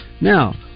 Now